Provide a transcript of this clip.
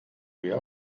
wer